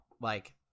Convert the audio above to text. Like-